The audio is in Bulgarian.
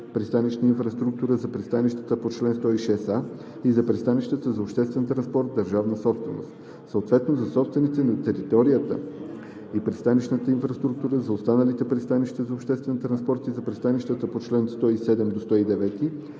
„Пристанищна инфраструктура“ – за пристанищата по чл. 106а и за пристанищата за обществен транспорт – държавна собственост, съответно от собствениците на територията и пристанищната инфраструктура – за останалите пристанища за обществен транспорт и за пристанищата по чл. 107 –109.